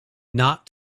not